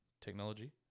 Technology